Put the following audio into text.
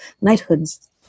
Knighthoods